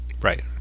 Right